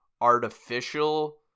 artificial